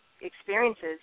experiences